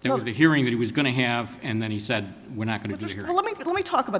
there was the hearing that he was going to have and then he said we're not going there let me let me talk about